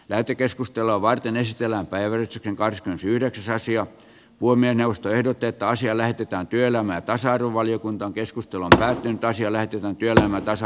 lähetekeskustelua varten ystävänpäivän kahdeskymmenesyhdeksäs sija puomien jaosto ehdotetaan siellä heti työelämään ja sadun valiokunta on keskustellut caddyn pääsi eläytyvän työelämän tasa